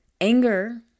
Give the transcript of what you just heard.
Anger